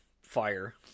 fire